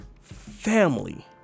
family